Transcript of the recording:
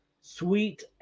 sweet